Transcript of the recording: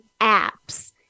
apps